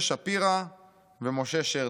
משה שפירא ומשה שרתוק.